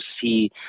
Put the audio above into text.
see